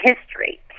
history